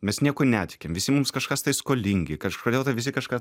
mes niekuo netikim visi mums kažkas tai skolingi kažkodėl tai visi kažką